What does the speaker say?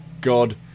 God